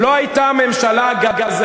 לא הייתה הממשלה "הגזענית",